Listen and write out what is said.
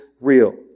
real